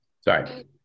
Sorry